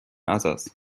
others